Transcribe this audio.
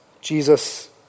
Jesus